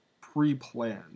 pre-planned